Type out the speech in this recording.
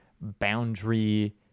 boundary